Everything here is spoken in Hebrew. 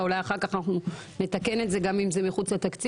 ואולי אחר כך גם נתקן את זה גם אם זה מחוץ לתקציב,